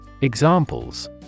Examples